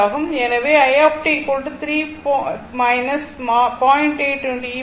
எனவே i 3 0